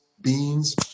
beans